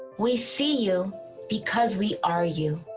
we see you because we are you